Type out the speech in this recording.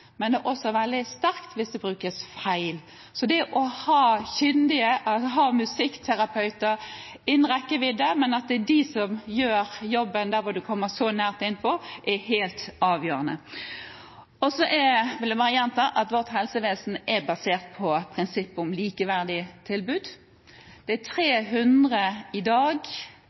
feil. Så det å ha kyndige musikkterapeuter innen rekkevidde, at det er de som gjør jobben der hvor en kommer så nært inn på, er helt avgjørende. Så vil jeg gjenta at vårt helsevesen er basert på prinsippet om et likeverdig tilbud. Det er